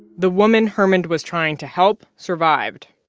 the woman hermond was trying to help survived.